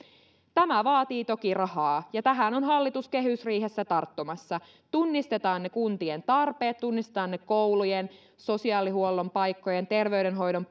tämä vaatii toki rahaa ja tähän on hallitus kehysriihessä tarttumassa tunnistetaan ne kuntien tarpeet tunnistetaan ne koulujen sosiaalihuollon paikkojen terveydenhoidon